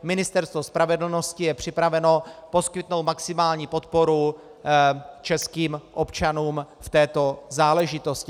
Ministerstvo spravedlnosti je připraveno poskytnout maximální podporu českým občanům v této záležitosti.